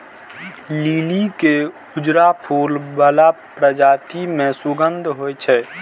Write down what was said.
लिली के उजरा फूल बला प्रजाति मे सुगंध होइ छै